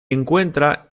encuentra